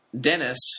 Dennis